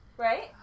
Right